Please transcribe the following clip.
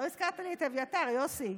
לא הזכרת לי את אביתר, יוסי.